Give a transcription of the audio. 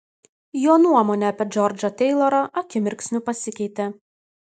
jo nuomonė apie džordžą teilorą akimirksniu pasikeitė